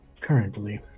Currently